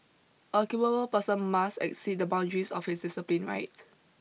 a capable person must exceed the boundaries of his discipline right